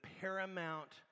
paramount